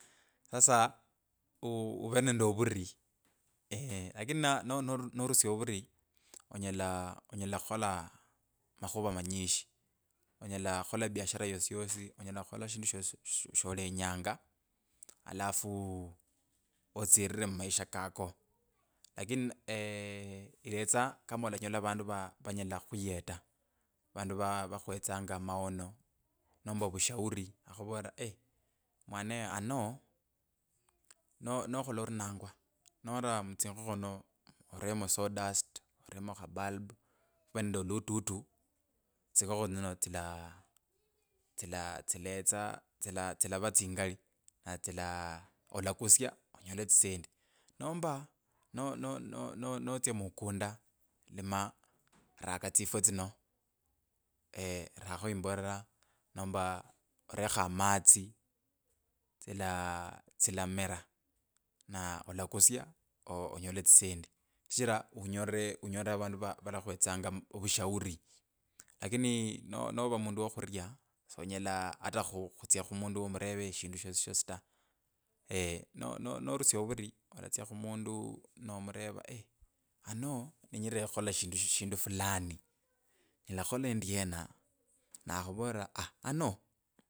Sasa. u u uvere nende ovuri lakini na no no norusya ovuri onyela khukhola amakhuva manyishi. Onyela khukhola biashara yosiyosi. onyela khukhola shindu shosi shosi sh sholenyanga. Alafu otsirire mumaisha kako. Lakini iletsa kama olanyola vandu vanilla khkhuyeta. Vandu va vakhuwetsanga maono. nomba vushauri. akhuvolera eii mwanewe ano. no nokhola orinangwa nora mutsingokho muno sawdust. oremo khabulb. khuve nende olututu. tsingokho tsino tsila tsila tsiletsa tsila tsila tsilava tsingali. tsila olakusya onyole etsisendi. Nomba. no no no notsya mukunda. Lima. raka tsifwa tsino. rakho imbolera nomba orekho amatsi tsila trilateral. Na olakusya oo onyole this endi. Shichira unyolire unyolire avandu va valakhuwetsanga ovushauri. Lakini nova mundu wokhuria aa ata khu khutsya khumundu omureve shindu shosishosi ta. no no norusya ovuri olatsya khumundu nomureva. eii ano ninyire khukhola shindu. sh fulani. nyela khukhola endiena. nakhuvolera aaa ano.